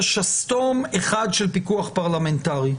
שסתום אחד של פיקוח פרלמנטרי,